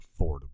affordable